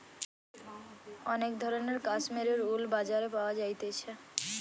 অনেক ধরণের কাশ্মীরের উল বাজারে পাওয়া যাইতেছে